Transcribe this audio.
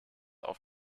auf